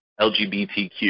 LGBTQ